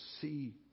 see